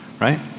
right